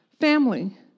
family